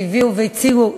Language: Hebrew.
שהביאו והציעו,